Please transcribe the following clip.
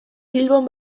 bilbon